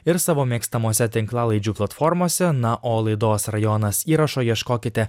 ir savo mėgstamose tinklalaidžių platformose na o laidos rajonas įrašo ieškokite